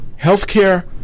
healthcare